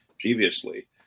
previously